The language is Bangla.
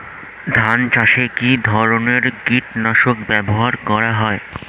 ধান চাষে কী ধরনের কীট নাশক ব্যাবহার করা হয়?